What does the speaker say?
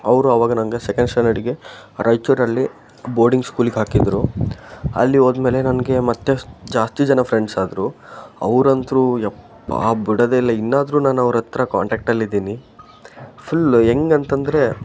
ಅವರು ಆವಾಗ ನನಗೆ ಸೆಕೆಂಡ್ ಸ್ಟ್ಯಾಂಡರ್ಡಿಗೆ ರಾಯಿಚೂರಲ್ಲಿ ಬೋರ್ಡಿಂಗ್ ಸ್ಕೂಲಿಗೆ ಹಾಕಿದ್ದರು ಅಲ್ಲಿ ಹೋದ್ಮೇಲೆ ನನಗೆ ಮತ್ತೆ ಜಾಸ್ತಿ ಜನ ಫ್ರೆಂಡ್ಸ್ ಆದರು ಅವ್ರಂತ್ರೂ ಯಪ್ಪಾ ಬಿಡೋದೇ ಇಲ್ಲ ಇನ್ನಾದರೂ ನಾನು ಅವ್ರ ಹತ್ರ ಕಾಂಟಾಕ್ಟಲ್ಲಿ ಇದ್ದೀನಿ ಫುಲ್ ಹೆಂಗಂತಂದರೆ